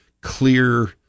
clear